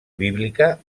bíblica